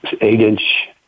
eight-inch